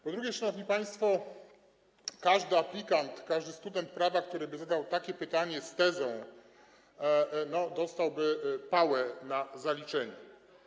Po drugie, szanowni państwo, każdy aplikant, każdy student prawa, który by zadał takie pytanie z tezą, dostałby pałę na zaliczeniu.